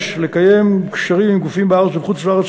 6. לקיים קשרים עם גופים בארץ ובחוץ-לארץ